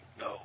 no